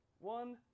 one